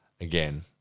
Again